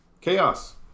Chaos